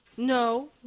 No